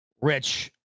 rich